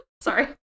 Sorry